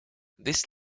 this